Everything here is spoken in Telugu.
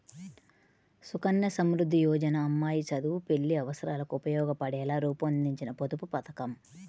సుకన్య సమృద్ధి యోజన అమ్మాయి చదువు, పెళ్లి అవసరాలకు ఉపయోగపడేలా రూపొందించిన పొదుపు పథకం